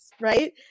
right